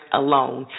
alone